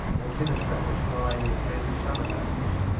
or tennis-rackets lying in a handy summer-house.